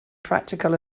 practical